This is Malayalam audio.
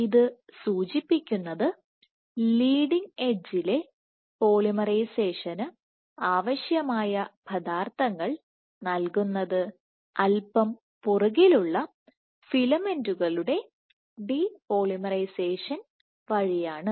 ഇത് സൂചിപ്പിക്കുന്നത് ലീഡിങ് എഡ്ജിലെ പോളിമറൈസേഷന് ആവശ്യമായ പദാർത്ഥങ്ങൾ നൽകുന്നത് അല്പം പുറകിലുള്ള ഫിലമെന്റുകളുടെ ഡിപോളിമറൈസേഷൻ വഴിയാണ്